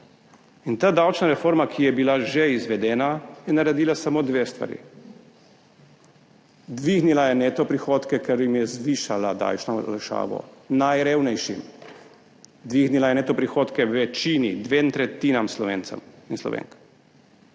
In ta davčna reforma, ki je bila že izvedena, je naredila samo dve stvari. Dvignila je neto prihodke, ker jim je zvišala davčno olajšavo, najrevnejšim, dvignila je neto prihodke večini, dvema tretjinam Slovencev in Slovenk,